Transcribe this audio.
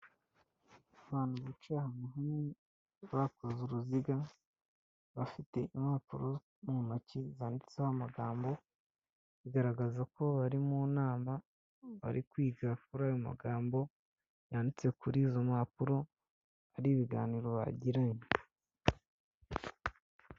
Abantu guca amahame bakoze uruziga bafite impapuro mu ntoki zanditseho amagambo bigaragaza ko bari mu nama bari kwiga fr ay magambo yanditse kuri izo mpapuro hari ibiganiro bagiranye.